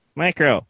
Micro